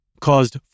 caused